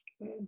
Good